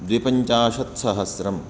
द्विपञ्चाशत् सहस्रम्